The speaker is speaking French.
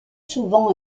souvent